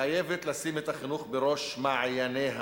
חייבת לשים את החינוך בראש מעייניה,